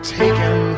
taken